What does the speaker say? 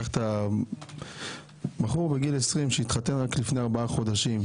וגם בחור בגיל 20 שהתחתן רק לפני ארבעה חודשים.